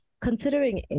considering